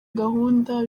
gahunda